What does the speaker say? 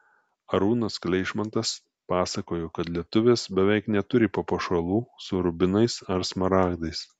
arūnas kleišmantas pasakojo kad lietuvės beveik neturi papuošalų su rubinais ar smaragdais